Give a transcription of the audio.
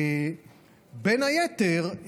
בין היתר,